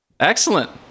Excellent